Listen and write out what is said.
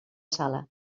sala